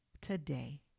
today